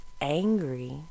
angry